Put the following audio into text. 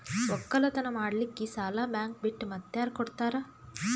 ಒಕ್ಕಲತನ ಮಾಡಲಿಕ್ಕಿ ಸಾಲಾ ಬ್ಯಾಂಕ ಬಿಟ್ಟ ಮಾತ್ಯಾರ ಕೊಡತಾರ?